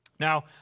Now